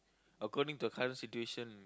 according to the current situation